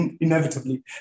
inevitably